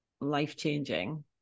life-changing